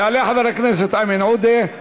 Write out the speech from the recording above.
יעלה חבר הכנסת איימן עודה,